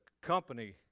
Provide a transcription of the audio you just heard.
company